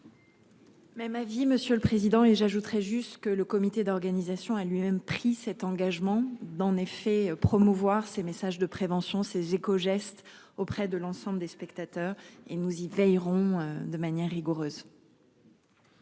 Même avis monsieur le président. Et j'ajouterai juste que le comité d'organisation a lui-même pris cet engagement d'en effet promouvoir ses messages de prévention ces écogestes auprès de l'ensemble des spectateurs et nous y veillerons de manière rigoureuse.